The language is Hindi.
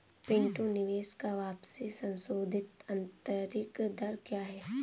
पिंटू निवेश का वापसी संशोधित आंतरिक दर क्या है?